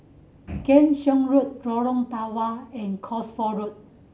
Keong Saik Road Lorong Tawa and Cosford Road